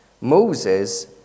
Moses